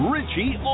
Richie